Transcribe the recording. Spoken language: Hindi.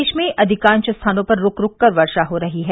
प्रदेश में अधिकांश स्थानों पर रूक रूक कर वर्षा हो रही है